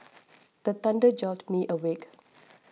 the thunder jolt me awake